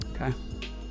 Okay